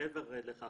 מעבר לכך,